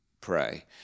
pray